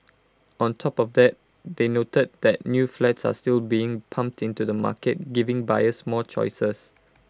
on top of that they noted that new flats are still being pumped into the market giving buyers more choices